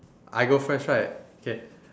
I go first right okay